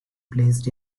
placed